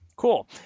Cool